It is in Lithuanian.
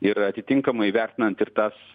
ir atitinkamai vertinant ir tas